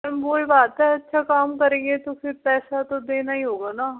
ma'am वही बात है अच्छा काम करेंगे तो फिर पैसा तो देना ही होगा न